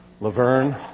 Laverne